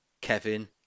Kevin